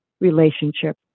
relationship